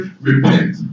repent